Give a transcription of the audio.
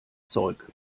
zeug